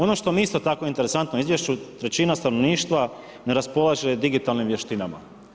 Ono što mi je isto tako interesantno u izvješću trećina stanovništva ne raspolaže digitalnim vještinama.